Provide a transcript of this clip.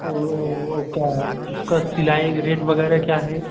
ओ क्या है उसका सिलाई रेट वगैरह क्या है